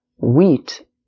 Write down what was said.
Wheat